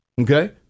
okay